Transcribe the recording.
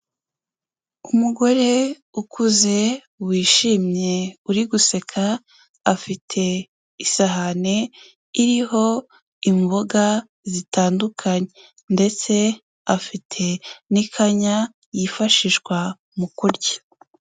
Umugore ukuze wishimye uri guseka, afite isahane iriho imboga zitandukanye ndetse afite n'ikanya yifashishwa mu kurya.